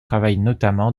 notamment